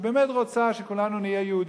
שבאמת רוצה שכולנו נהיה יהודים,